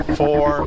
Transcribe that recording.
four